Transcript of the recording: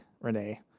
Renee